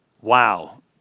wow